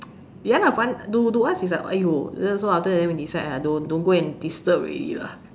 ya lah funny to to us it's like !aiyo! so afterwards then we decide ah don't don't go and disturb already lah